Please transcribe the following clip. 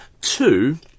Two